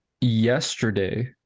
yesterday